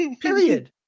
period